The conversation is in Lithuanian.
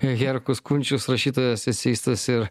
herkus kunčius rašytojas eseistas ir